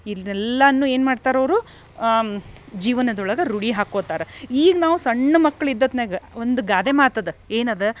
ಇದ್ನೆಲ್ಲನೂ ಏನು ಮಾಡ್ತಾರೆ ಅವರು ಜೀವನದೊಳಗೆ ರೂಢಿ ಹಾಕೋತಾರ ಈಗ ನಾವು ಸಣ್ಣ ಮಕ್ಳು ಇದ್ದದ್ನಾಗ ಒಂದು ಗಾದೆ ಮಾತದ ಏನು ಅದ